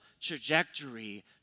trajectory